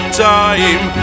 time